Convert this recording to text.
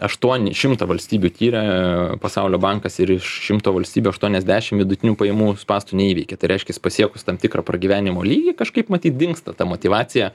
aštuoni šimtą valstybių tyrė pasaulio bankas ir iš šimto valstybių aštuoniasdešim vidutinių pajamų spąstų neįveikė tai reiškias pasiekus tam tikrą pragyvenimo lygį kažkaip matyt dingsta ta motyvacija